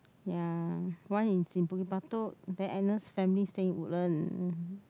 ya one is in Bukit-Batok then Edna's family stay in Woodland